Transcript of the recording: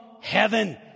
heaven